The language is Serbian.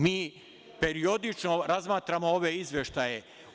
Mi periodično razmatramo ove izveštaje.